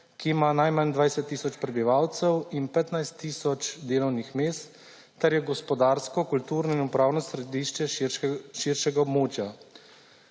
ki ima najmanj 20 tisoč prebivalcev in 15 tisoč delovnih mest ter je v gospodarsko kulturno in upravno središče širšega območja.